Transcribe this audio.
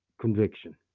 conviction